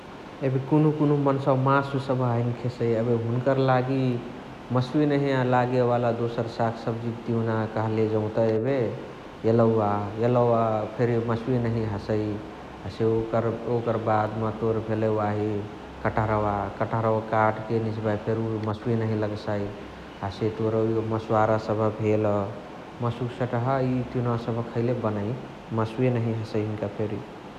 एबे कुन्हु कुन्हु मन्सवा मासु सबह हैने खेसइ । एबे हुन्कर लागी मासुए नहिय लागेवाला दोसर सागसब्जिक तिउना कहाँले जौत एबे एलौव । एलौव फेरी मासुए नहिय हसइ । हसे ओकर बादमा तोर भेलइ वाही कटहरवा । कटहरवा काटके निझबाही फेरी उअ मासुवे नहिया लगसाइ । हसे तोर मस्वरा भेल । मसुक सटहा इय तिउनाव खैले बनइ । मासुए नहिय हसइ हिन्क फेरी ।